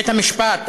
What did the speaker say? בית המשפט,